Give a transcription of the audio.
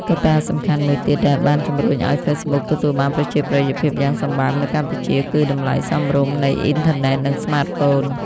កត្តាសំខាន់មួយទៀតដែលបានជំរុញឲ្យ Facebook ទទួលបានប្រជាប្រិយភាពយ៉ាងសម្បើមនៅកម្ពុជា គឺ តម្លៃសមរម្យនៃអ៊ីនធឺណិត និងស្មាតហ្វូន។